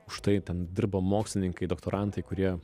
už tai ten dirba mokslininkai doktorantai kurie